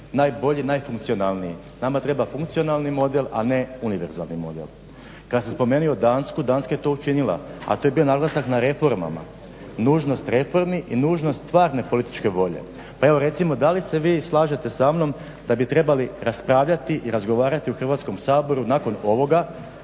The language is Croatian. najbolje i najfunkcionalnije. Nama treba funkcionalni model, a ne univerzalni model. Kad sam spomenuo Dansku, Danska je to učinila, a to je bio naglasak na reformama, nužnost reformi i nužnost stvarne političke volje. Pa evo recimo da li se vi slažete sa mnom da bi trebali raspravljati i razgovarati u Hrvatskom saboru nakon ovoga